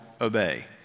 obey